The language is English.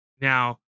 Now